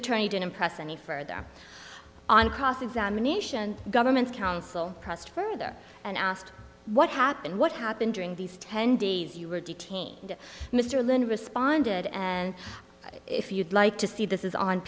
attorney didn't press any further on cross examination government counsel pressed further and asked what happened what happened during these ten days you were detained mr lynn responded and if you'd like to see this is on